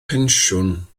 pensiwn